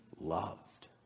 loved